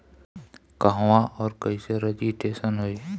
कहवा और कईसे रजिटेशन होई?